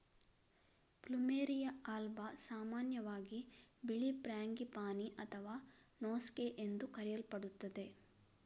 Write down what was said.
plumeria alba ಸಾಮಾನ್ಯವಾಗಿ ಬಿಳಿ frangipani ಅಥವಾ ನೋಸ್ಗೇ ಎಂದು ಕರೆಯಲ್ಪಡುತ್ತದೆ